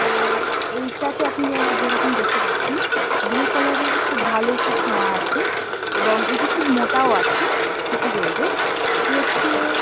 তো এইটাতে আপনি যেমন যেরকম দেখতে পাচ্ছেন ব্লু কালারের খুব ভালো একটি ছোঁয়া আছে এবং এইটি খুব মোটাও আছে সিটি গোল্ডের এটি হচ্ছে